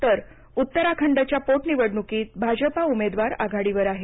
तर उत्तराखंडच्या पोट निवडणुकीत भाजपा उमेदवार आघाडीवर आहेत